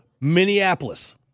Minneapolis